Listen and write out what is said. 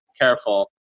careful